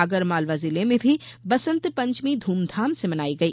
आगरमालवा जिले में भी बसंत पंचमी ध्रमधाम से मनाई गई